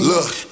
Look